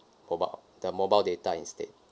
mobile the mobile data instead